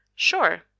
Sure